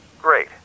Great